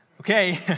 Okay